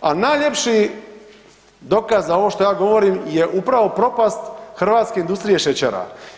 a najljepši dokaz za ovo što ja govorim je upravo propast hrvatske industrije šećera.